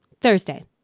Thursday